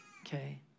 Okay